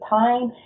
time